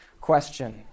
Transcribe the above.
question